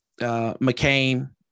McCain